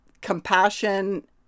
compassion